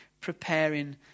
preparing